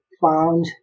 found